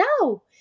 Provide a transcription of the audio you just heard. no